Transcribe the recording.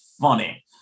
funny